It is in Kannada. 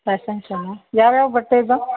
ಫ್ಯಾಷನ್ ಶೋನಾ ಯಾವ ಯಾವ ಬಟ್ಟೆ ಇದೆ